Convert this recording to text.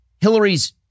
Hillary's